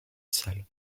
salle